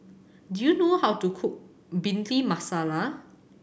do you know how to cook Bhindi Masala